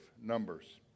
Numbers